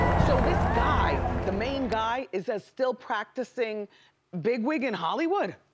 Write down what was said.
so this guy, the main guy is a still practicing big-wig in hollywood?